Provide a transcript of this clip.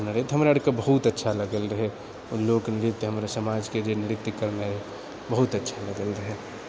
करने रहय तऽ हमरा अरके बहुत अच्छा लागल रहय लोक नृत्य हमरा समाजके जे नृत्य करनाए रहय बहुत अच्छा लागल रहय